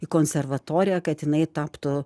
į konservatoriją kad jinai taptų